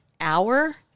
hour